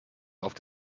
auf